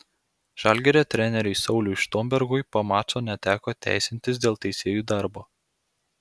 žalgirio treneriui sauliui štombergui po mačo neteko teisintis dėl teisėjų darbo